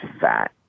fat